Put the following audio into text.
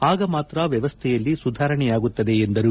ಆಗ ಮಾತ್ರ ವ್ಯವಸ್ಥೆಯಲ್ಲಿ ಸುಧಾರಣೆ ಆಗುತ್ತದೆ ಎಂದರು